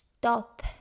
stop